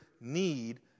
need